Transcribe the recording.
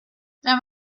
then